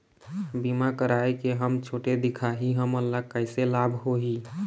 बीमा कराए के हम छोटे दिखाही हमन ला कैसे लाभ होही?